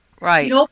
Right